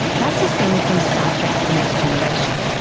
that's a scene from star trek's the next generation.